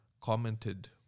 commented